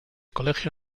colegio